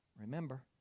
Remember